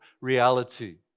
reality